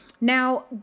Now